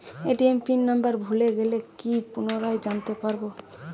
ATM pin number ভুলে গেলে কি ভাবে পুনরায় জানতে পারবো?